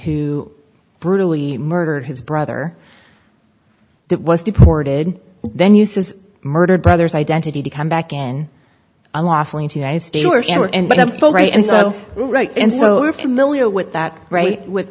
who brutally murdered his brother that was deported then uses murdered brother's identity to come back in and so and so we're familiar with that right with